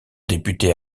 député